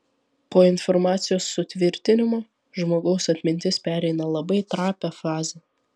po informacijos sutvirtinimo žmogaus atmintis pereina labai trapią fazę